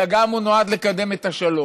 אלא הוא גם נועד לקדם את השלום,